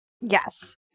yes